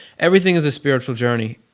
everything is a spiritual journey.